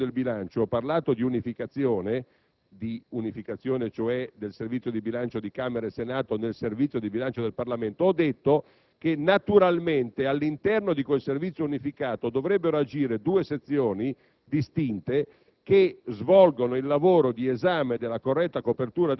Ferrara, che io stesso nella relazione, quando con riferimento al Servizio del bilancio ho parlato di unificazione dei Servizi di bilancio di Camera e Senato nel Servizio di bilancio del Parlamento, ho detto che naturalmente all'interno di quel Servizio unificato dovrebbero agire due sezioni